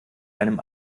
einem